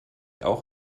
auch